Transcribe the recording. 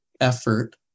effort